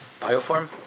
bioform